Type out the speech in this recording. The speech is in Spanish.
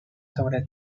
sobre